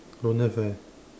don't have eh